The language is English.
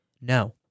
No